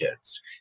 kids